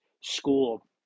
school